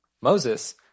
Moses